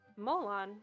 Molon